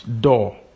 door